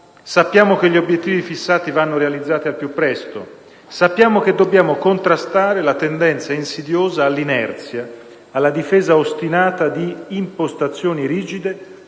Sappiamo che gli obiettivi fissati vanno realizzati al più presto. Sappiamo che dobbiamo contrastare la tendenza insidiosa all'inerzia, alla difesa ostinata di impostazioni rigide,